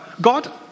God